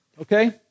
Okay